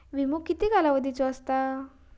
विमो किती कालावधीचो असता?